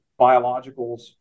biologicals